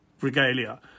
regalia